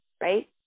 right